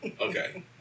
okay